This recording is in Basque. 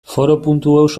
foroeus